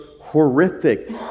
horrific